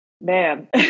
man